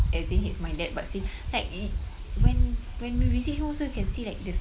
as in he's my dad but still like when when we visit him also you can see like this